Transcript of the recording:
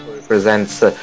represents